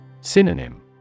Synonym